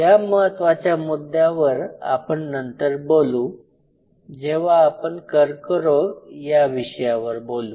या महत्त्वाच्या मुद्द्यावर आपण नंतर बोलु जेव्हा आपण कर्करोग या विषयावर बोलू